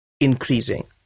increasing